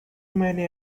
many